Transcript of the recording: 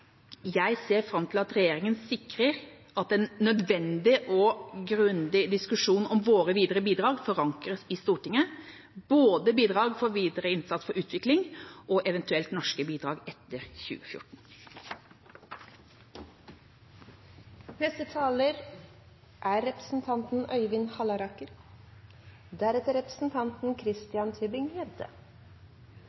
Jeg ser fram til at regjeringa sikrer at en nødvendig og grundig diskusjon om våre videre bidrag forankres i Stortinget, både bidrag for videre innsats for utvikling og eventuelle norske bidrag etter